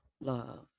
Love